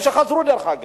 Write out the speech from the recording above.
היה ויכוח, וחזרו בהם.